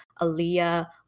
Aaliyah